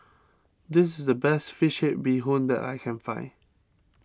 this is the best Fish Head Bee Hoon that I can find